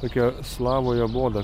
tokia slavaja boda